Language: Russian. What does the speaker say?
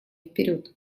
вперед